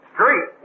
Street